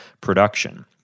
production